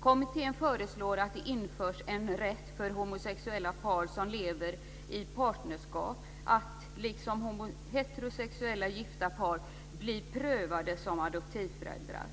Kommittén föreslår att det införs en rätt för homosexuella par som lever i partnerskap att - liksom heterosexuella gifta par - bli prövade som adoptivföräldrar.